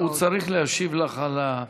הוא צריך להשיב לך על הצעת החוק.